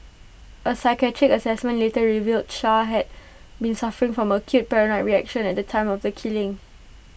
A psychiatric Assessment later revealed char had been suffering from acute paranoid reaction at the time of the killing